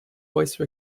voice